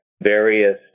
various